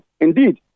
Indeed